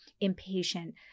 impatient